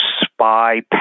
spy